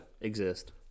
exist